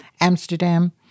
Amsterdam